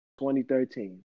2013